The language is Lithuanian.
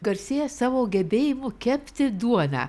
garsėja savo gebėjimu kepti duoną